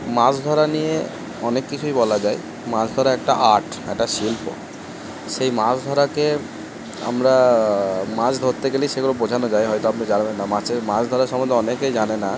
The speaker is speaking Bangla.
মাছ ধরা নিয়ে অনেক কিছুই বলা যায় মাছ ধরা একটা আর্ট একটা শিল্প সেই মাছ ধরাকে আমরা মাছ ধরতে গেলেই সেগুলো বোঝানো যায় হয়তো আপনি জানলেন না মাছের মাছ ধরা সম্বন্ধে অনেকেই জানে না